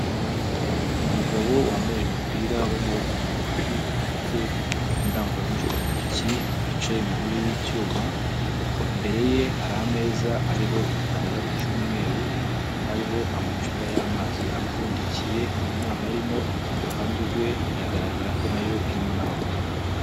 Umugabo wambaye umupira w'amaboko magufi ,ufite indangururamijwi mu ntoki ,wicaye mu ntebe y'icyuma, imbere ye hari ameza ariho igitambaro cy'umweru, hariho amacupa y'amazi apfundikiye mu nama arimo, ku ruhande rwe biragaragara ko nayo irimo n'abagore.